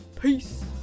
Peace